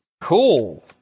Cool